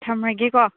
ꯊꯝꯃꯒꯦꯀꯣ